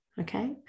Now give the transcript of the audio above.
okay